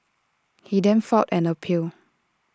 he then filed an appeal